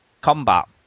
combat